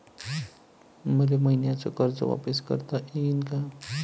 मले मईन्याचं कर्ज वापिस करता येईन का?